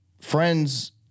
friends